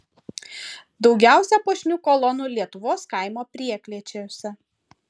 daugiausia puošnių kolonų lietuvos kaimo prieklėčiuose